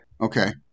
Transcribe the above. Okay